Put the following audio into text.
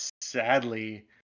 sadly